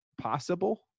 possible